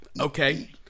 okay